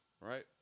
right